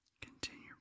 Continue